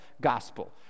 gospel